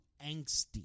angsty